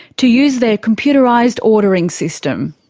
to use their computerised ordering system.